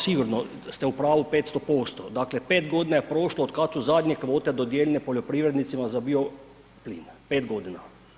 Sigurno ste u pravu, 500%, dakle 5 g. je prošlo od kad su zadnje kvote dodijeljene poljoprivrednicima za bioplin, 5 godina.